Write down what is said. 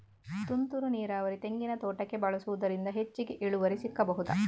ತುಂತುರು ನೀರಾವರಿ ತೆಂಗಿನ ತೋಟಕ್ಕೆ ಬಳಸುವುದರಿಂದ ಹೆಚ್ಚಿಗೆ ಇಳುವರಿ ಸಿಕ್ಕಬಹುದ?